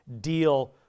deal